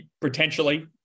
potentially